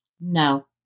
No